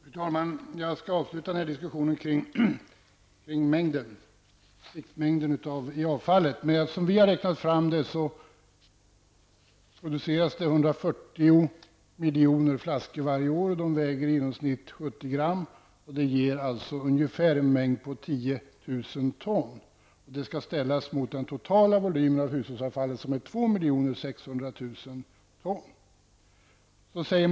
Fru talman! Jag skall avsluta den här diskussionen kring mängden avfall. Enligt våra beräkningar produceras 140 miljoner flaskor varje år. De väger i genomsnitt 70 gram. Det blir ungefär 10 000 ton. Det skall ställas mot den totala volymen hushållsavfall som uppgår till 2 600 000 ton.